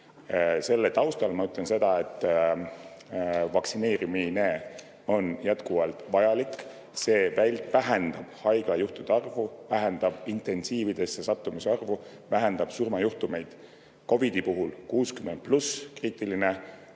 taustal ma ütlen seda, et vaktsineerimine on jätkuvalt vajalik. See vähendab haiglajuhtude arvu, vähendab intensiivravisse sattumise arvu, vähendab surmajuhtumeid. COVID‑i puhul on 60+ vanus kriitiline,